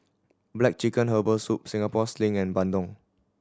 black chicken herbal soup Singapore Sling and bandung